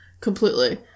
completely